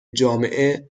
جامعه